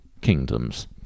kingdoms